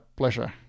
pleasure